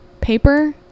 paper